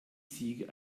ziege